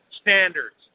standards